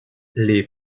les